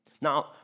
Now